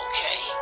Okay